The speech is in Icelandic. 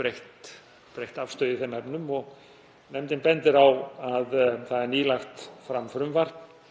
breytta afstöðu í þeim efnum. Nefndin bendir á að nýlega var lagt fram frumvarp